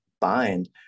bind